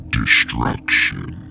destruction